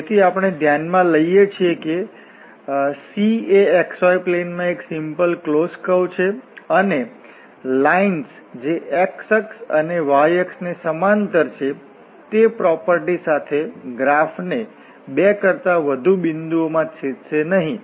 તેથી આપણે ધ્યાનમાં લઈએ છીએ કે C એ xy પ્લેન માં એક સિમ્પલ ક્લોસ્ડ કર્વ છે અને લાઇન્સ જે x અક્ષ અને y અક્ષ ને સમાંતર છે તે પ્રોપર્ટી સાથે ગ્રાફ ને બે કરતાં વધુ બિંદુઓ માં છેદશે નહીં